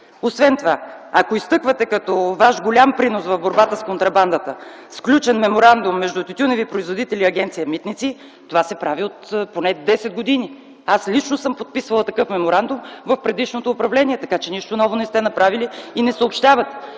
Освен това, ако изтъквате като ваш голям принос в борбата с контрабандата сключен меморандум между тютюневи производители и Агенция „Митници”, то това се прави поне от 10 години. Аз лично съм подписвала такъв меморандум в предишното управление. Така че нищо ново не сте направили! Освен това